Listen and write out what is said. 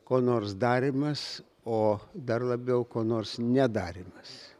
ko nors darymas o dar labiau ko nors nedarymas